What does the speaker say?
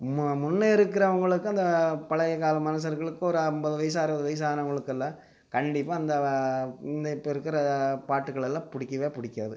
மா முன்ன இருக்குறவங்களுக்கு அந்தப் பழையக் கால மனுஷனுங்களுக்கு ஒரு ஐம்பது வயசு அறுபது வயசு ஆனவங்களுக்கு எல்லாம் கண்டிப்பாக அந்த இந்த இப்போ இருக்கிற பாட்டுக்கள் எல்லாம் பிடிக்கவே பிடிக்காது